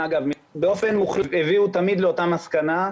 שהגיעו תמיד לאותה מסקנה,